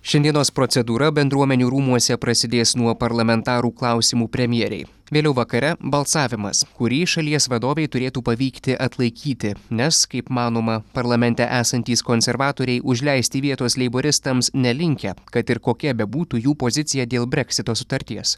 šiandienos procedūra bendruomenių rūmuose prasidės nuo parlamentarų klausimų premjerei vėliau vakare balsavimas kurį šalies vadovei turėtų pavykti atlaikyti nes kaip manoma parlamente esantys konservatoriai užleisti vietos leiboristams nelinkę kad ir kokia bebūtų jų pozicija dėl breksito sutarties